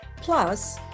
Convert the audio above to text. Plus